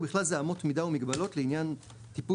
ובכלל זה אמות מידה ומגבלות לעניין טיפוס